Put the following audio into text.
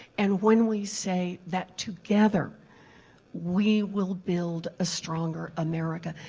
and when we say that together we will build a stronger america.